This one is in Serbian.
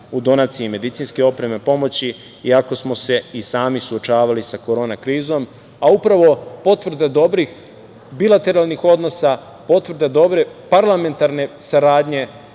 u donaciji medicinske opreme, pomoći, iako smo se i sami suočavali sa korona krizom. Upravo potvrda dobrih bilateralnih odnosa, potvrda dobre parlamentarne saradnje